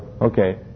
Okay